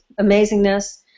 amazingness